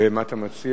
מה אתה מציע?